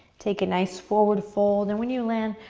take a nice forward fold, and when you land,